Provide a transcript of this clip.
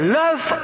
love